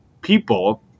people